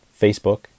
Facebook